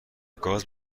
گاز